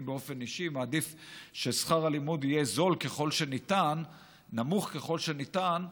אני באופן אישי מעדיף ששכר הלימוד יהיה נמוך ככל שניתן,